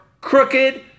crooked